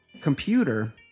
computer